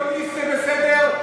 בעל אלכוהוליסט זה בסדר,